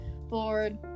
Lord